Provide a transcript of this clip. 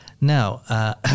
Now